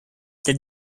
that